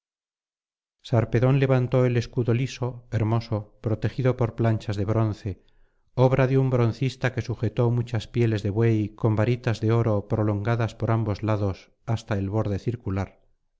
sarpedón levantó el escudo liso hermoso protegido por planchas de bronce obra de un broncista que sujetó muchas pieles de buey con varitas de oro prolongadas por ambos lados hasta el borde circular